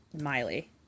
Miley